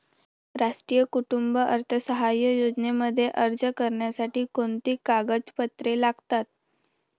राष्ट्रीय कुटुंब अर्थसहाय्य योजनेमध्ये अर्ज करण्यासाठी कोणती कागदपत्रे लागतात?